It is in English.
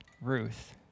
Ruth